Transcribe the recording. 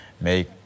Make